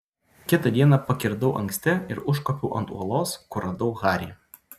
kitą dieną pakirdau anksti ir užkopiau ant uolos kur radau harį